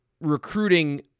recruiting